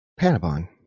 Panabon